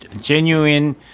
genuine